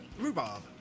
Rhubarb